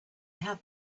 have